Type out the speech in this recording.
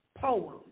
poem